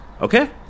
Okay